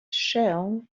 shell